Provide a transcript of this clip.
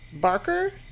Barker